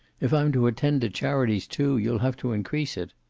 if i'm to attend to charities, too, you'll have to increase it.